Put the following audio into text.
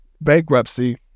bankruptcy